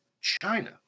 China